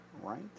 right